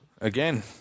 Again